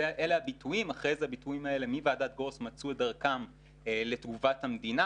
אלה הביטויים שאחרי ועדת גרוס מצאו את דרכם לתגובת המדינה,